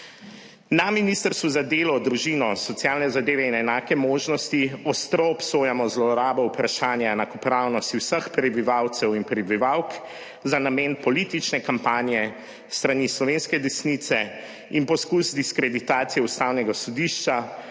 Na Ministrstvu za delo, družino, socialne zadeve in enake možnosti ostro obsojamo zlorabo vprašanja enakopravnosti vseh prebivalcev in prebivalk za namen politične kampanje s strani slovenske desnice in poskus diskreditacije Ustavnega sodišča,